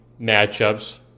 matchups